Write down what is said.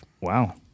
Wow